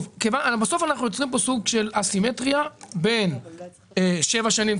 בסוף אנחנו יוצרים פה סוג של אסימטריה בין שבע שנים,